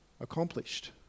accomplished